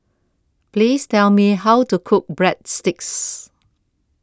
Please Tell Me How to Cook Breadsticks